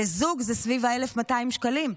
לזוג זה סביב 1,200 שקלים.